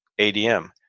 ADM